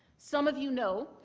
some of you know,